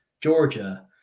Georgia